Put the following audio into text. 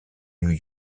new